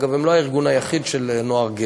אגב, הם לא הארגון היחיד של נוער גאה.